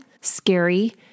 scary